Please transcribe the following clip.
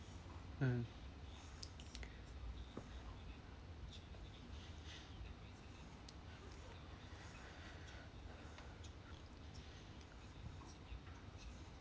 mm